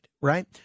right